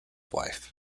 wife